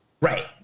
Right